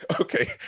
Okay